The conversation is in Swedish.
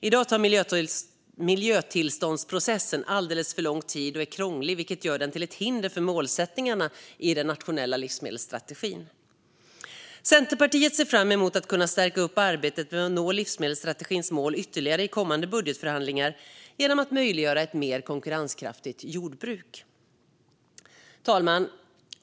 I dag tar miljötillståndsprocessen alldeles för lång tid och är krånglig, vilket gör den till ett hinder för målsättningarna i den nationella livsmedelsstrategin. Centerpartiet ser fram emot att kunna stärka upp arbetet med att nå livsmedelsstrategins mål ytterligare i kommande budgetförhandlingar genom att möjliggöra ett mer konkurrenskraftigt jordbruk. Fru talman!